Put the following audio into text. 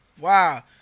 wow